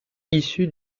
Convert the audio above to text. issue